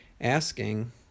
asking